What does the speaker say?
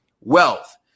wealth